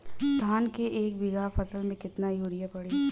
धान के एक बिघा फसल मे कितना यूरिया पड़ी?